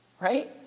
right